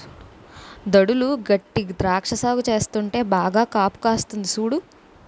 దడులు గట్టీ ద్రాక్ష సాగు చేస్తుంటే బాగా కాపుకాస్తంది సూడు